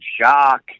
shock